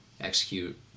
execute